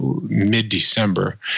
mid-December